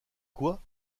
quoi